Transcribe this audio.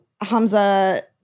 Hamza